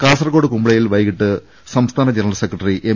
കാസർകോട് കുമ്പളയിൽ വൈകീട്ട് സംസ്ഥാന ജനറൽ സെക്ര ട്ടറി എം